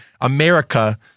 America